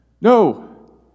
No